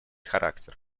характер